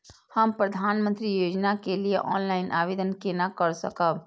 हम प्रधानमंत्री योजना के लिए ऑनलाइन आवेदन केना कर सकब?